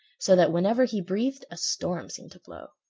so that whenever he breathed a storm seemed to blow.